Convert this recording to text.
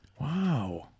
Wow